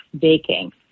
baking